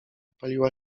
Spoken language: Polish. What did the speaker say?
zapaliła